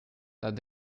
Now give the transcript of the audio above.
dann